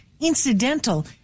incidental